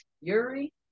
Yuri